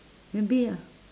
maybe ah